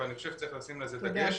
אבל אני חושב שצריך לשים לזה דגש.